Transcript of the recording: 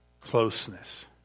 closeness